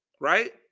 right